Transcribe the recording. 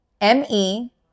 M-E